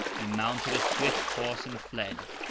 he mounted a swift horse and fled.